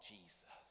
Jesus